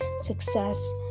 success